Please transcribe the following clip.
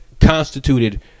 constituted